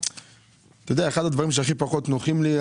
אחד הדברים שהכי פחות נוחים לי,